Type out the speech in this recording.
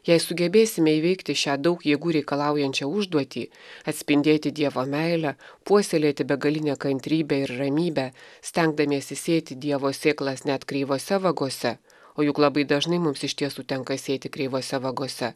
jei sugebėsime įveikti šią daug jėgų reikalaujančią užduotį atspindėti dievo meilę puoselėti begalinę kantrybę ir ramybę stengdamiesi sėti dievo sėklas net kreivose vagose o juk labai dažnai mums iš tiesų tenka sėti kreivose vagose